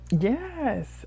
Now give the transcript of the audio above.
Yes